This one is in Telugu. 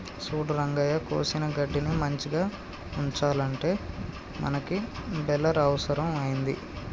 సూడు రంగయ్య కోసిన గడ్డిని మంచిగ ఉంచాలంటే మనకి బెలర్ అవుసరం అయింది